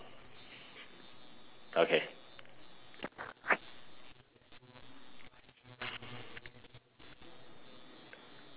okay